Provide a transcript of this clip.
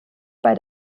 bei